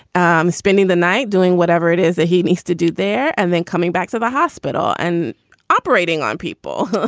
and spending the night, doing whatever it is that he needs to do there. and then coming back to the hospital and operating on people.